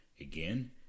Again